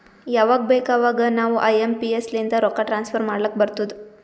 ಯವಾಗ್ ಬೇಕ್ ಅವಾಗ ನಾವ್ ಐ ಎಂ ಪಿ ಎಸ್ ಲಿಂದ ರೊಕ್ಕಾ ಟ್ರಾನ್ಸಫರ್ ಮಾಡ್ಲಾಕ್ ಬರ್ತುದ್